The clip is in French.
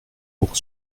pour